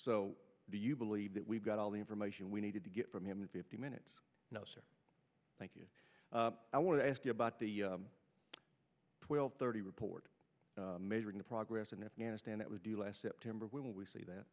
so do you believe that we've got all the information we needed to get from him in fifteen minutes no sir thank you i want to ask you about the twelve thirty report measuring the progress in afghanistan that we do last september when we see that